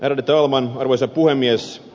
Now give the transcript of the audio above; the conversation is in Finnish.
ärade talman arvoisa puhemies